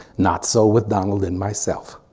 not so with donald in myself.